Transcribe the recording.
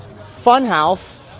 funhouse